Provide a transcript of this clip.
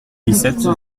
licette